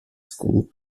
school